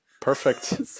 Perfect